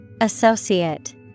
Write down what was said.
Associate